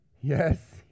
Yes